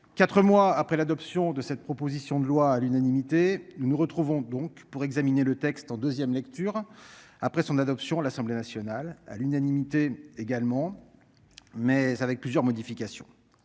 4 mois après l'adoption de cette proposition de loi à l'unanimité. Nous nous retrouvons donc pour examiner le texte en 2ème lecture après son adoption à l'Assemblée nationale, à l'unanimité également. Mais avec plusieurs modifications.